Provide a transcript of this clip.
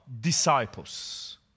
Disciples